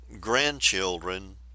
grandchildren